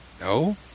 No